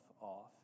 off